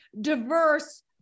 diverse